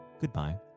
goodbye